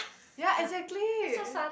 ya exactly